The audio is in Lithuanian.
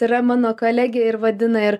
yra mano kolegė ir vadina ir